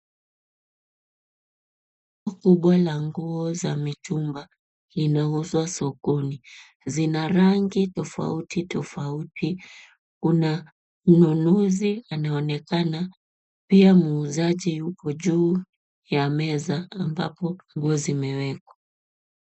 Pigo la nguo za mitumba linauzwa sokoni. Zina rangi tofauti tofauti. Kuna mnunuzi anaonekana pia muuzaji yuko juu ya meza ambapo nguo zimewekwa.